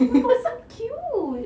oh my god so cute